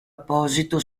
apposito